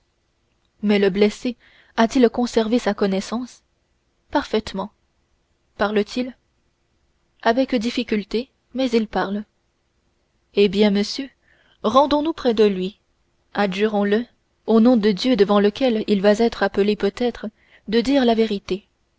mais le blessé a-t-il conservé sa connaissance parfaitement parle-t-il avec difficulté mais il parle eh bien monsieur rendons nous près de lui adjurons le au nom du dieu devant lequel il va être appelé peut-être de dire la vérité